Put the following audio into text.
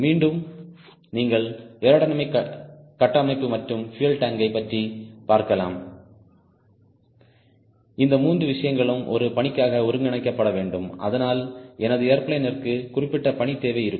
மீண்டும் நீங்கள் ஏரோடைனமிக் கட்டமைப்பு மற்றும் பியூயல் டாங்க் யை பற்றி பார்க்கலாம் இந்த மூன்று விஷயங்களும் ஒரு பணிக்காக ஒருங்கிணைக்கப்பட வேண்டும் அதனால் எனது ஏர்பிளேன் ற்கு குறிப்பிட்ட பணி தேவை இருக்கும்